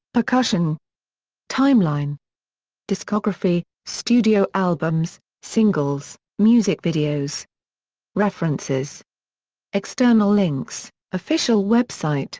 percussion timeline discography studio albums singles music videos references external links official website